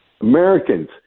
Americans